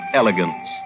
elegance